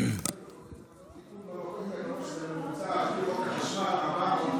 אבל השאלה היא ממתי חוק החשמל.